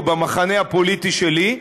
או במחנה הפוליטי שלי,